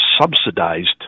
subsidized